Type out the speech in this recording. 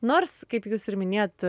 nors kaip jūs ir minėjot